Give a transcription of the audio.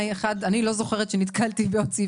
אני אסביר ליועצת המשפטית לוועדה.